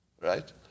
right